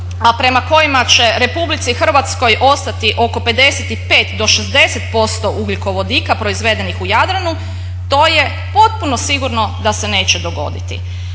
a prema kojima će Republici Hrvatskoj ostati oko 55 dio 60% ugljikovodika proizvedenih u Jadranu to je potpuno sigurno da se neće dogoditi.